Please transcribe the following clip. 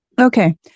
Okay